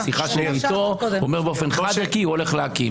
בשיחה שלי איתו הוא אמר באופן חד-ערכי שהוא הולך להקים.